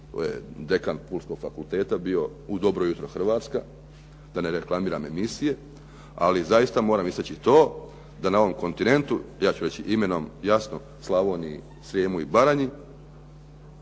To je dekan pulskog fakulteta bio u "Dobro jutro Hrvatska" da ne reklamiram emisije, ali zaista moram istaći to da na ovom kontinentu, ja ću reći imenom jasno Slavoniji, Srijemu i Baranji,